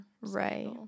Right